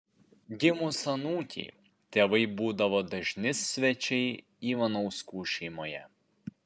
gimus anūkei tėvai būdavo dažni svečiai ivanauskų šeimoje